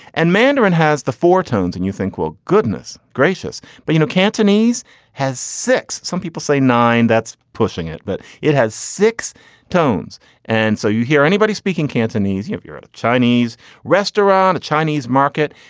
and mandarin has the four tones and you think, well, goodness gracious. but you know, cantonese has six some people say nine. that's pushing it, but it has six tones and so you hear anybody speaking cantonese. you have you're a chinese restaurant, a chinese market.